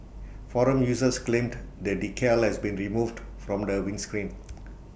forum users claimed the decal has been removed from the windscreen